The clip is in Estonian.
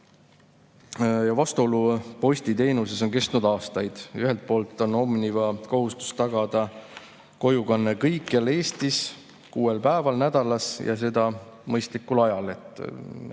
Vastuolu postiteenuses on kestnud aastaid. Ühelt poolt on Omniva kohustus tagada kojukanne kõikjal Eestis kuuel päeval nädalas ja mõistlikul ajal,